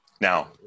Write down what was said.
Now